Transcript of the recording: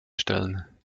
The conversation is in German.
stellen